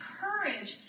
courage